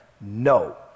No